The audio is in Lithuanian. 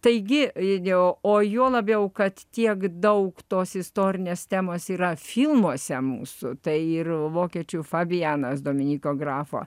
taigi jau o juo labiau kad tiek daug tos istorinės temos yra filmuose mūsų tai ir vokiečių fabijanas dominyko grafo